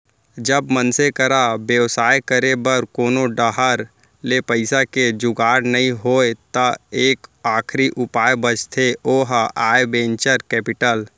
जब मनसे करा बेवसाय करे बर कोनो डाहर ले पइसा के जुगाड़ नइ होय त एक आखरी उपाय बचथे ओहा आय वेंचर कैपिटल